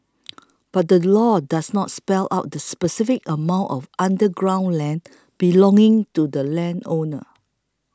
but the law does not spell out the specific amount of underground land belonging to the landowner